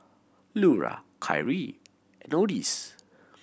Lura Kyrie Odis